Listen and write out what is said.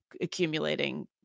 accumulating